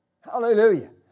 Hallelujah